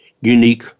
unique